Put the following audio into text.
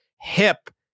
hip